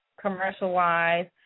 commercial-wise